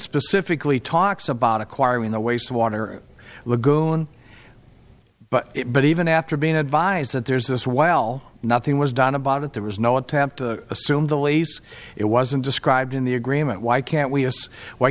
specifically talks about acquiring the wastewater lagoon but but even after being advised that there's this while nothing was done about it there was no attempt to assume the lease it wasn't described in the agreement why can't we why